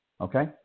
Okay